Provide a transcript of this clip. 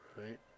right